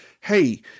hey